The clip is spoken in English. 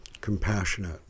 compassionate